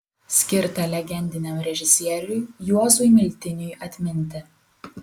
skirta legendiniam režisieriui juozui miltiniui atminti